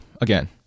again